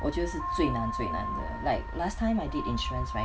我觉得是最难最难的 like last time I did insurance right